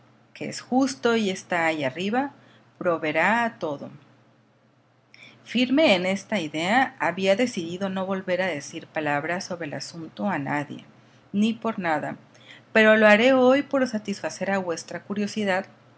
que es justo y está allá arriba proveerá a todo firme en esta idea había decidido no volver a decir palabra sobre el asunto a nadie ni por nada pero lo haré hoy por satisfacer a vuestra curiosidad